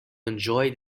enjoy